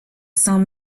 saint